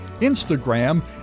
Instagram